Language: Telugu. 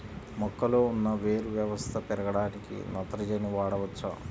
మొక్కలో ఉన్న వేరు వ్యవస్థ పెరగడానికి నత్రజని వాడవచ్చా?